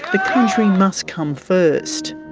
the country must come first.